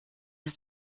ist